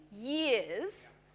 years